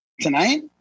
Tonight